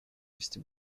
вести